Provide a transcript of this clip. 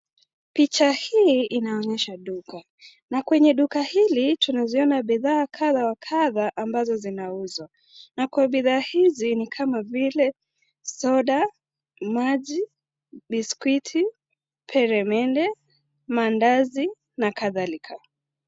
Picha hii inaonyesha duka, na kwenye duka hili tunaziona bidhaa kadhawa kadha ambazo zinauzwa, na kwa bidhaa hizi ni kama vile; soda, maji, biskuti, peremende, madazi na kadhalika.